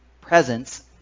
presence